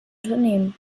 unternehmen